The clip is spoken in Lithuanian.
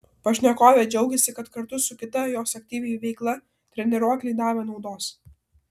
pašnekovė džiaugėsi kad kartu su kita jos aktyvia veikla treniruokliai davė naudos